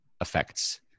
affects